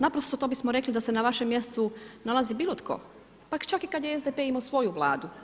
Naprosto to bismo rekli da se na vašem mjestu nalazi bilo tko, pa čak i kada je SDP imao svoju vladu.